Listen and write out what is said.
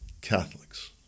Catholics